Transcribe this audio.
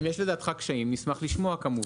אם יש לדעתך קשיים, נשמח לשמוע כמובן.